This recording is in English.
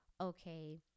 okay